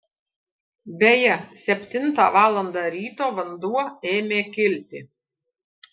beje septintą valandą ryto vanduo ėmė kilti